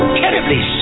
terribly